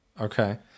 Okay